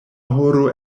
horo